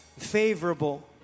favorable